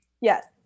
Yes